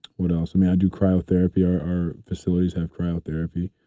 what else? i mean i do cryotherapy. our facilities have cryotherapy.